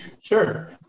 sure